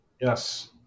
Yes